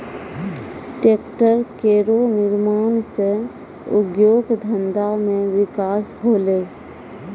tractor केरो निर्माण सँ उद्योग धंधा मे बिकास होलै